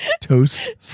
Toast